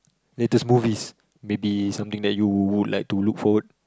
latest movies maybe something that you would like to look forward